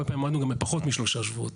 הרבה פעמים עמדנו גם בפחות משלושה שבועות.